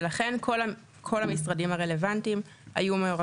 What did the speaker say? ולכן כל, כל המשרדים הרלוונטיים היו מעורבים.